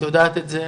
את יודעת את זה,